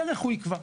את כל המשטרה.